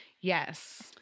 Yes